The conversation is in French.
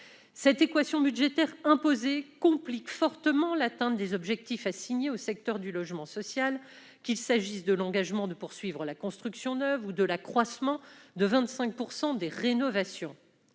Cette équation budgétaire imposée complique fortement l'atteinte des objectifs assignés au secteur du logement social, qu'il s'agisse de l'engagement de poursuivre la construction neuve ou de l'accroissement de 25 % des rénovations.